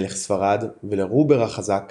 מלך ספרד ולרובר החזק